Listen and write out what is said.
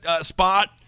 spot